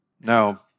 Now